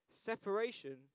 separation